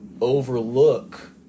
overlook